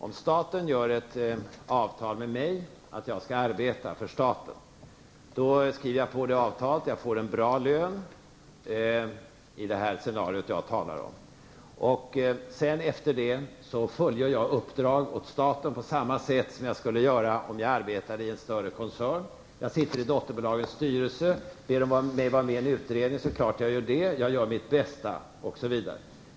Om staten gör ett avtal med mig att arbeta för staten, då skriver jag på avtalet och får en bra lön i det scenario jag talar om. Sedan fullgör jag mitt uppdrag åt staten på samma sätt som jag skulle göra om jag arbetade i en större koncern. Jag sitter kanske med i ett dotterbolags styrelse. Jag kanske blir medlem i en utredning. Jag gör mitt bästa.